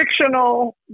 Fictional